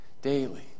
Daily